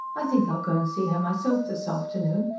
i think i'll go and see her myself this afternoon.